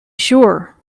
sure